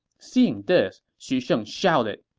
seeing this, xu sheng shouted,